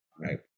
Right